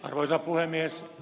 arvoisa puhemies